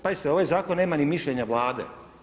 Pazite, ovaj zakon nema ni mišljenja Vlade.